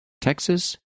Texas